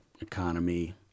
economy